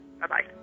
Bye-bye